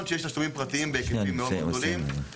שיש תשלומים פרטיים בהיקפים מאוד גדולים,